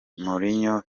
marouane